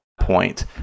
point